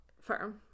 firm